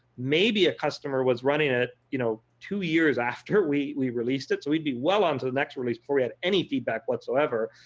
maybe a customer was running at you know, two years after we we released it. so we would be well on to the next release before we had any feedback whatsoever.